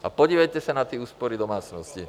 A podívejte se na ty úspory domácností.